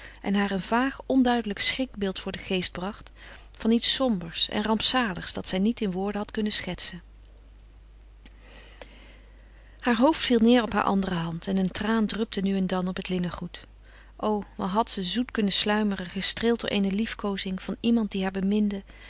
en haar een vaag onduidelijk schrikbeeld voor den geest bracht van iets sombers en rampzaligs dat zij niet in woorden had kunnen schetsen haar hoofd viel neêr op haar andere hand en een traan drupte nu en dan op het linnengoed o wat had ze zoet kunnen sluimeren gestreeld door eene liefkoozing van iemand die haar beminde